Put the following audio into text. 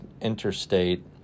interstate